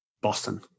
Boston